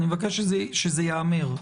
אני מבקש שזה ייאמר.